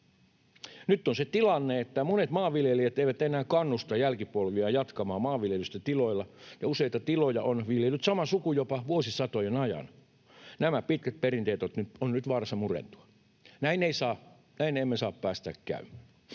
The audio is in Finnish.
Nyt on se tilanne, että monet maanviljelijät eivät enää kannusta jälkipolviaan jatkamaan maanviljelystä tiloilla. Useita tiloja on viljellyt sama suku jopa vuosisatojen ajan, ja nämä pitkät perinteet ovat nyt vaarassa murentua. Näin emme saa päästää käymään.